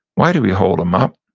why do we hold them up?